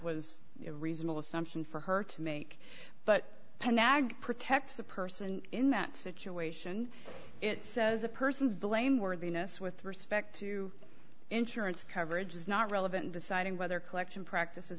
was a reasonable assumption for her to make but nag protects the person in that situation it says a person's blameworthiness with respect to insurance coverage is not relevant deciding whether collection practices